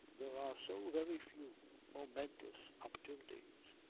there are so very few momentous opportunities.